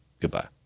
Goodbye